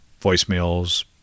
voicemails